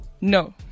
No